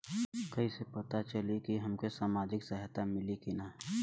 कइसे से पता चली की हमके सामाजिक सहायता मिली की ना?